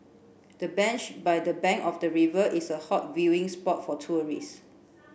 the bench by the bank of the river is a hot viewing spot for tourist